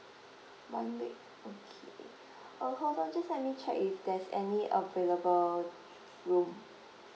one week okay uh hold on just let me check if there's any available room